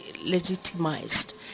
legitimized